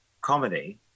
comedy